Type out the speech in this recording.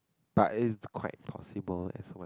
but it's quite possible as well